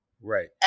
Right